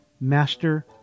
Master